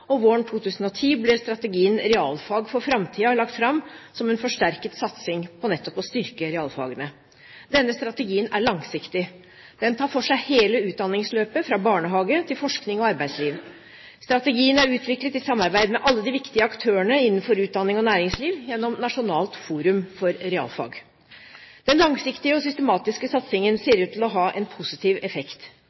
og våren 2010 ble strategien Realfag for framtida lagt fram som en forsterket satsing på nettopp å styrke realfagene. Denne strategien er langsiktig. Den tar for seg hele utdanningsløpet fra barnehage til forskning og arbeidsliv. Strategien er utviklet i samarbeid med alle de viktige aktørene innenfor utdanning og næringsliv gjennom Nasjonalt forum for realfag. Den langsiktige og systematiske satsingen ser ut til å ha en positiv effekt.